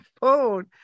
phone